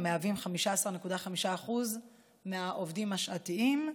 המהווים 15.5% מהעובדים השעתיים.